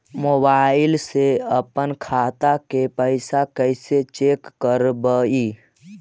Mobile से अपन खाता के पैसा कैसे चेक करबई?